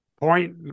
Point